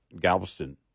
Galveston